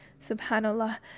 Subhanallah